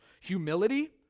Humility